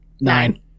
Nine